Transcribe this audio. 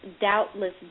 doubtless